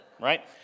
right